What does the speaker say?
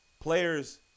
players